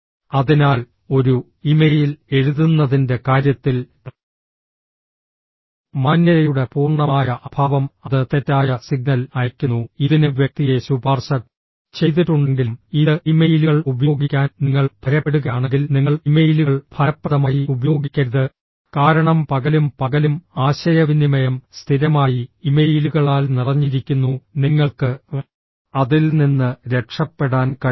അതിനാൽ ഒരു ഇമെയിൽ എഴുതുന്നതിൻറെ കാര്യത്തിൽ മാന്യതയുടെ പൂർണ്ണമായ അഭാവം അത് തെറ്റായ സിഗ്നൽ അയയ്ക്കുന്നു ഇതിന് വ്യക്തിയെ ശുപാർശ ചെയ്തിട്ടുണ്ടെങ്കിലും ഇത് ഇമെയിലുകൾ ഉപയോഗിക്കാൻ നിങ്ങൾ ഭയപ്പെടുകയാണെങ്കിൽ നിങ്ങൾ ഇമെയിലുകൾ ഫലപ്രദമായി ഉപയോഗിക്കരുത് കാരണം പകലും പകലും ആശയവിനിമയം സ്ഥിരമായി ഇമെയിലുകളാൽ നിറഞ്ഞിരിക്കുന്നു നിങ്ങൾക്ക് അതിൽ നിന്ന് രക്ഷപ്പെടാൻ കഴിയില്ല